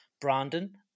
brandon